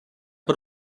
per